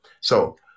So-